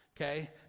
okay